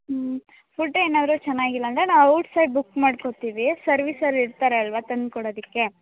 ಹ್ಞೂ ಫುಡ್ ಏನಾದರೂ ಚೆನ್ನಾಗಿಲ್ಲ ಅಂದರೆ ನಾವು ಔಟ್ಸೈಡ್ ಬುಕ್ ಮಾಡ್ಕೋತೀವಿ ಸರ್ವಿಸವ್ರು ಇರ್ತಾರೆ ಅಲ್ಲವಾ ತಂದುಕೊಡೋದಕ್ಕೆ